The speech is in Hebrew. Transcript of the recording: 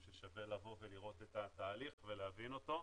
ששווה לבוא ולראות את התהליך ולהבין אותו.